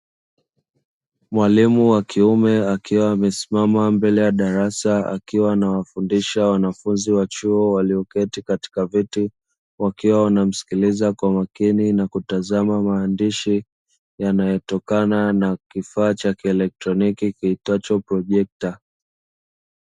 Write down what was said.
Mwalimu wa kiume akiwa amesimama mbele ya darasa, akiwa anawafundisha wanafunzi wa chuo walioketi katika viti, wakiwa wanamsikiliza kwa makini na kutazama maandishi yanayotokana na kifaa cha kielektroniki kiitwacho projekta.